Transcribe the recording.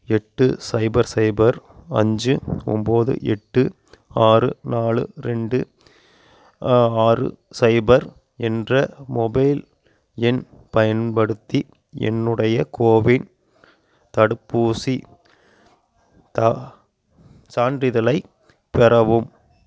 எட்டு சைபர் சைபர் அஞ்சு ஒம்பது எட்டு ஆறு நாலு ரெண்டு ஆறு சைபர் என்ற மொபைல் எண் பயன்படுத்தி என்னுடைய கோவின் தடுப்பூசி தா சான்றிதழைப் பெறவும்